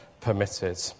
permitted